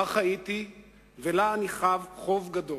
בה חייתי ולה אני חב חוב גדול.